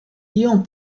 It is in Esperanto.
iom